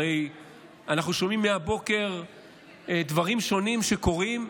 הרי אנחנו שומעים מהבוקר דברים שונים שקורים.